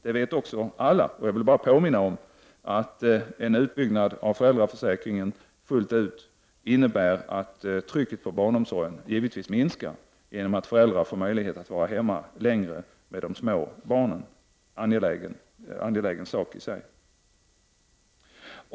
Det vet alla, men jag vill påminna om att en utbyggnad av föräldraförsäkringen fullt ut innebär att trycket på barnomsorgen givetvis minskar i och med att föräldrar får möjlighet att vara hemma längre tid med de små barnen, vilket i sig är angeläget.